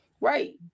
Right